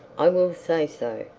i will say so,